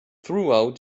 throughout